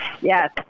yes